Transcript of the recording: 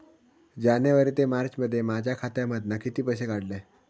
जानेवारी ते मार्चमध्ये माझ्या खात्यामधना किती पैसे काढलय?